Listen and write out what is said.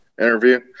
Interview